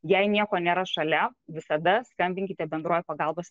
jei nieko nėra šalia visada skambinkite bendruoju pagalbos